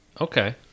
Okay